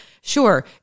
sure